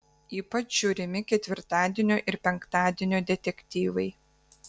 ypač žiūrimi ketvirtadienio ir penktadienio detektyvai